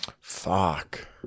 Fuck